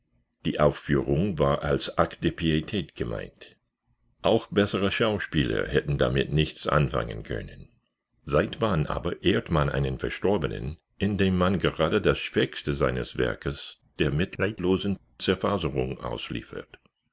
die aufführung war als akt der pietät gemeint auch bessere schauspieler hätten damit nichts anfangen können seit wann aber ehrt man einen verstorbenen indem man gerade das schwächste seines werkes der mitleidlosen zerfaserung ausliefert